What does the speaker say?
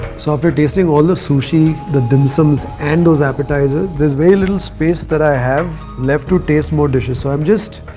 so after tasting all the sushi, the dim sums and those appetizers. there's very little space that i have left to taste more dishes. so i'm just.